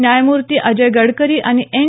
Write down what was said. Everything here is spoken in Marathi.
न्यायमूर्ती अजय गडकरी आणि एन